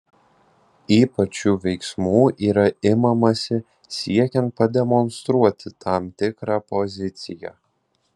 ypač šių veiksmų yra imamasi siekiant pademonstruoti tam tikrą poziciją